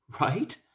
right